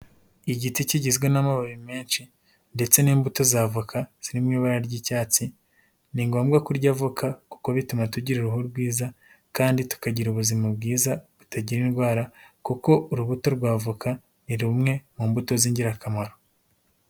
Igiti kigizwe n'amababi menshi ndetse n'imbuto za avoka ziri mu ibara ry'icyatsi, ni ngombwa kurya avoka kuko bituma tugira uruhu rwiza kandi tukagira ubuzima bwiza butagira indwara kuko urubuto rwa avoka ni rumwe mu mbuto z'ingirakamaro.